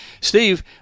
Steve